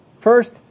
First